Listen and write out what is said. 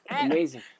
Amazing